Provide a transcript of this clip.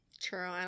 True